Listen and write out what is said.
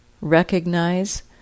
recognize